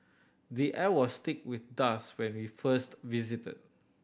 the air was thick with dust when we first visited